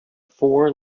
four